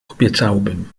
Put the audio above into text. obiecałbym